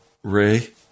Ray